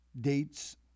dates